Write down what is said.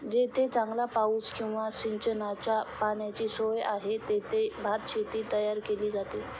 जेथे चांगला पाऊस किंवा सिंचनाच्या पाण्याची सोय आहे, तेथे भातशेती तयार केली जाते